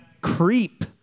Creep